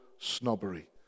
snobbery